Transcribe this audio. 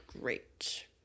great